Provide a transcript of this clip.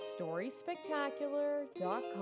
StorySpectacular.com